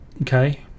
okay